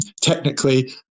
Technically